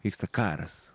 vyksta karas